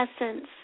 essence